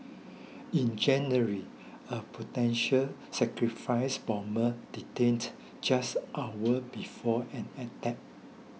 in January a potential sacrifice bomber detained just hours before an attack